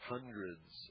Hundreds